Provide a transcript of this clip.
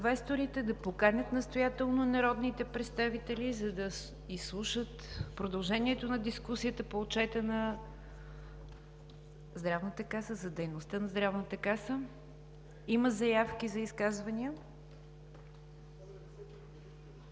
да поканят настоятелно народните представители, за да изслушат продължението на дискусията по Отчета за дейността на Здравната каса – има заявки за изказвания.